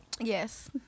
Yes